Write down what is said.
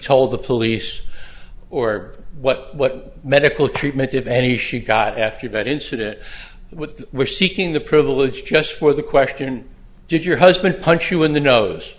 told the police or what what medical treatment if any she got after that incident with which seeking the privilege just for the question did your husband punch you in the nose